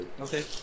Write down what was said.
Okay